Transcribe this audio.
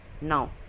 now